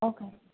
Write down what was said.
okay